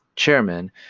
chairman